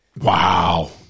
Wow